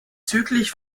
südlich